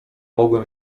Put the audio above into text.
mogłem